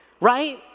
right